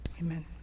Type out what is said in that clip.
Amen